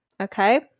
Okay